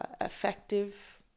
effective